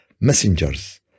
messengers